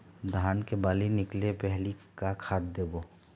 धान के बाली निकले पहली का खाद देबो?